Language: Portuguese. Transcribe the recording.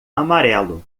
amarelo